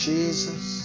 Jesus